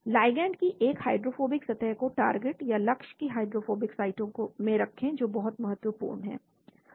ligand की एक hydrophobic सतह को टारगेट या लक्ष्य की हाइड्रोफोबिक साइटों में रखें जो बहुत महत्वपूर्ण है